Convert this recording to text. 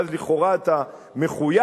ואז לכאורה אתה מחויב,